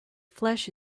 flesh